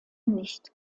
nicht